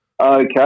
Okay